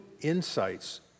insights